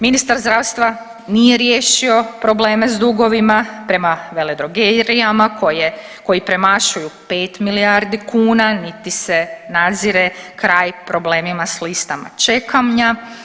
Ministar zdravstva nije riješio probleme s dugovima prema veledrogerijama koji premašuju 5 milijardi kuna, niti se nazire kraj problemima s listama čekanja.